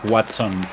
Watson